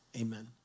Amen